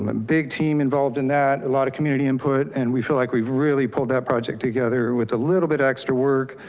um ah big team in that, a lot of community input and we feel like we've really pulled that project together with a little bit extra work,